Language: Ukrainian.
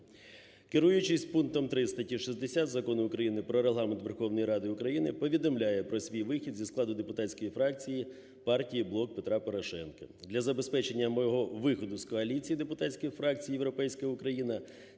Керуючись пунктом 3 статті 60 Закону України "Про Регламент Верховної Ради України", повідомляю про свій вихід зі складу депутатської фракції партії "Блок Петра Порошенка". Для забезпечення мого виходу з Коаліції депутатських фракцій "Європейська Україна"